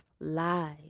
lies